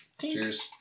Cheers